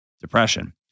depression